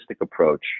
approach